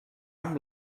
amb